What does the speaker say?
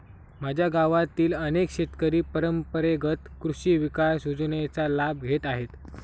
माझ्या गावातील अनेक शेतकरी परंपरेगत कृषी विकास योजनेचा लाभ घेत आहेत